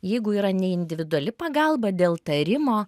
jeigu yra ne individuali pagalba dėl tarimo